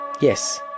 yes